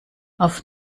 auf